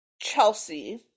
Chelsea